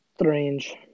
Strange